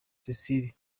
cecile